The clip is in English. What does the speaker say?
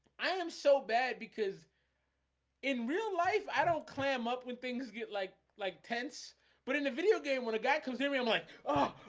i am so bad because in real life. i don't clam up when things get like like tense but in the video game when a guy comes in um like oh